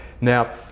Now